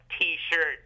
t-shirt